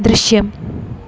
ദൃശ്യം